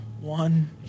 one